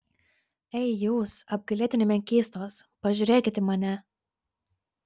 ei jūs apgailėtini menkystos pažiūrėkit į mane